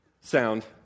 sound